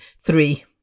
three